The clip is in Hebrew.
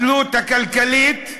התלות הכלכלית גוברת,